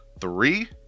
three